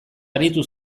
aritu